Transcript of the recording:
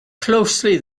closely